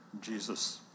Jesus